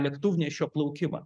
lėktuvnešio plaukimą